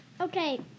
Okay